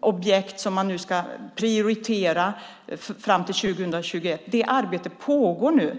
objekt som man ska prioritera fram till 2021 pågår nu.